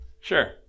Sure